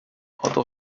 other